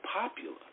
popular